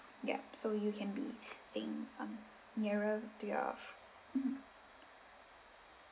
yup so you can be staying um nearer to your mmhmm